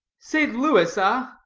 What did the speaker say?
st. louis, ah?